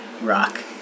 Rock